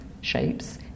shapes